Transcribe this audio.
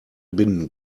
binden